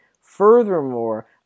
Furthermore